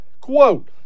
quote